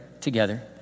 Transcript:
together